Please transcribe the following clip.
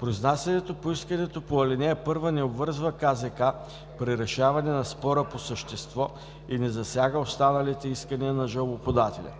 Произнасянето по искането по ал. 1 не обвързва КЗК при решаване на спора по същество и не засяга останалите искания на жалбоподателя.